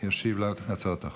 ישיב על הצעות החוק.